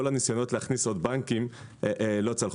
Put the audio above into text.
כל הניסיונות להכניס עוד בנקים לא צלחו